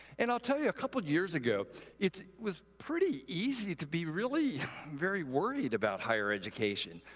and i'll tell you, a couple years ago it was pretty easy to be really very worried about higher education.